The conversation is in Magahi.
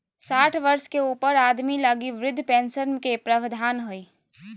साठ वर्ष के ऊपर आदमी लगी वृद्ध पेंशन के प्रवधान हइ